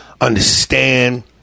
understand